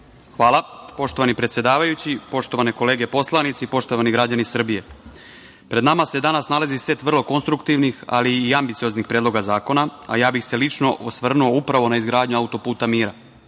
Hvala. Poštovani predsedavajući, poštovane kolege poslanici, poštovani građani Srbije, pred nama se danas nalazi set vrlo konstruktivnih, ali i ambicioznih predloga zakona, a ja bih se lično osvrnuo upravo na izgradnju autoputa Mira,